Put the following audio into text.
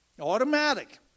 Automatic